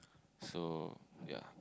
so ya